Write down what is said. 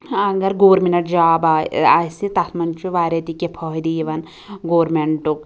اگر government job آسہِ تتھ مَنٛز چھُ واریاہ تہِ کیٚنٛہہ فٲیدٕ یوان گورمنٹُک